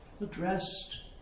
addressed